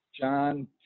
John